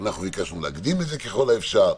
אנחנו ביקשנו להקדים את זה ככל האפשר.